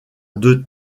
deux